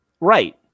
Right